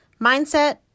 Mindset